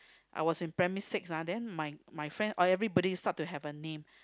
I was in primary six ah then my my friend oh everybody start to have a name